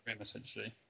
essentially